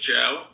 Joe